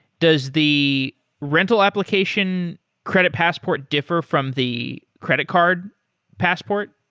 does the rental application credit passport differ from the credit card passport?